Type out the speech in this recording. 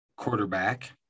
quarterback